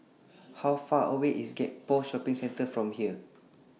How Far away IS Gek Poh Shopping Centre from here